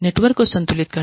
network को संतुलित करना